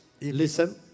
Listen